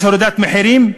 יש הורדת מחירים?